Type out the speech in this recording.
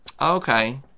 okay